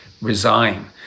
resign